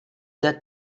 that